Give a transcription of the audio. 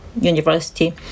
University